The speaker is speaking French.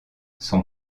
son